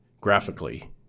graphically